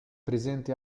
presente